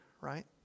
right